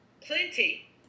plenty